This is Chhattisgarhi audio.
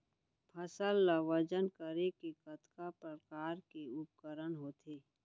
फसल ला वजन करे के कतका प्रकार के उपकरण होथे?